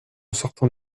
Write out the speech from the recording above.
sortant